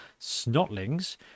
Snotlings